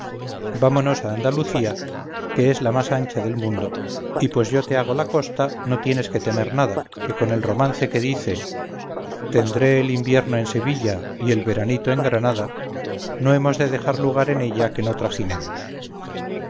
vámonos al andulucía que es la más ancha del mundo y pues yo te hago la costa no tienes que temer nada que con el romance que dice tendré el invierno en sevilla y el veranito en granada no hemos de dejar lugar en ella que no trajinemos